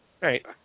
Right